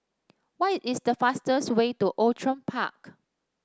what is the fastest way to Outram Park